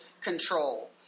control